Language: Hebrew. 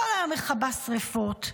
כל היום מכבה שרפות,